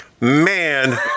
Man